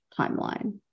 timeline